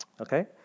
Okay